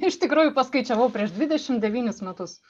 iš tikrųjų paskaičiavau prieš dvidešimt devynis metus